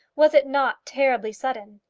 was it not terribly sudden?